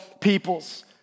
peoples